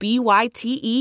B-Y-T-E